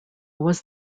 was